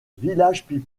village